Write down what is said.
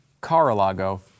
Car-a-Lago